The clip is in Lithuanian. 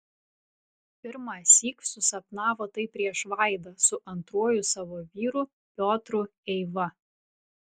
pirmąsyk susapnavo tai prieš vaidą su antruoju savo vyru piotru eiva